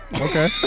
Okay